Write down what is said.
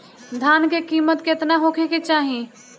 धान के किमत केतना होखे चाही?